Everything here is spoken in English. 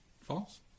False